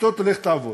שאשתו תלך לעבוד.